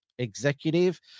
executive